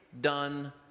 done